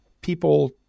people